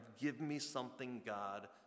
give-me-something-God